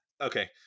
Okay